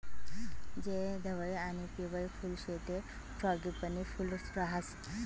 जे धवयं आणि पिवयं फुल शे ते फ्रॉगीपनी फूल राहास